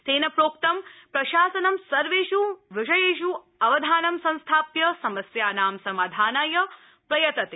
तेन प्रोक्तं प्रशासनं सर्वेष् विषयेष् अवधानं संस्थाप्य समस्यानां समाधानाय प्रयतते